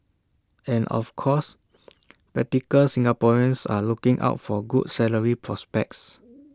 and of course practical Singaporeans are looking out for good salary prospects